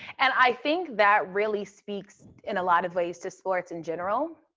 and i think that really speaks in a lot of ways to sports in general,